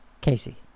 Casey